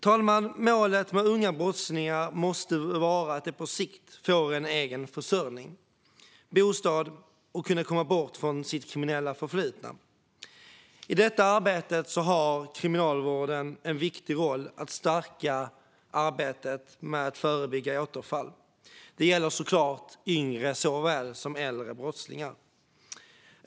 Målet måste vara att unga brottslingar på sikt ska få en egen försörjning, bostad och kunna komma bort från sitt kriminella förflutna. I detta arbete har Kriminalvården en viktig roll i att stärka arbetet med att förebygga återfall. Detta gäller såklart såväl yngre som äldre brottslingar.